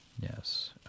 Yes